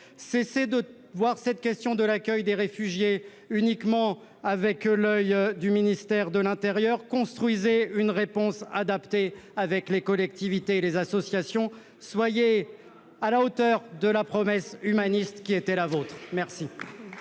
Cessez de considérer cette question de l'accueil des réfugiés uniquement avec l'oeil du ministère de l'intérieur ! Construisez une réponse adaptée avec les collectivités et les associations ! Enfin, soyez à la hauteur de la promesse humaniste qui était la vôtre !